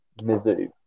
Mizzou